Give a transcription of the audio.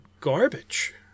garbage